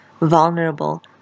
vulnerable